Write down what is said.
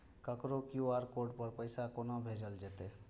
ककरो QR code पर पैसा कोना भेजल जेतै?